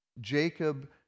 Jacob